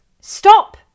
Stop